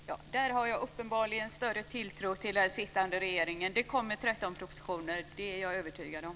Fru talman! Där har jag uppenbarligen större tilltro till den sittande regeringen. Det kommer 13 propositioner. Det är jag övertygad om.